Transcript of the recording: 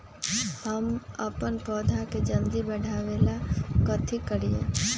हम अपन पौधा के जल्दी बाढ़आवेला कथि करिए?